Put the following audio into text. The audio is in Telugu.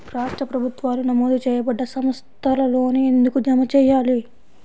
రాష్ట్ర ప్రభుత్వాలు నమోదు చేయబడ్డ సంస్థలలోనే ఎందుకు జమ చెయ్యాలి?